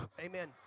amen